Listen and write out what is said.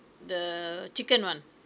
the chicken one